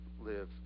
live